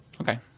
Okay